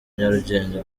nyarugenge